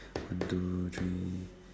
one two three